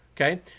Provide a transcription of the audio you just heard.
Okay